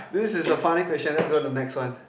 this is a funny question let's go to next one